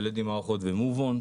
של א.ד.י מערכות ו-movon.